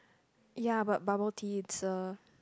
ya but bubble tea it's a